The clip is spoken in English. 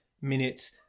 minutes